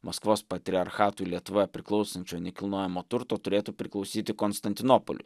maskvos patriarchatui lietuvoje priklausančio nekilnojamo turto turėtų priklausyti konstantinopoliui